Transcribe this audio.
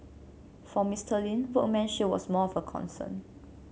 for Mister Lin workmanship was more of a concern